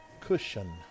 cushion